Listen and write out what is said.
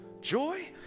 Joy